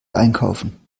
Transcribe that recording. einkaufen